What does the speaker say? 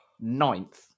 Ninth